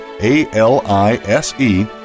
A-L-I-S-E